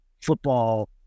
football